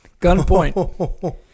Gunpoint